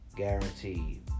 guaranteed